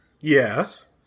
Yes